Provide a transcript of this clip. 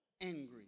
angry